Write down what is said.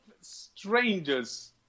Strangers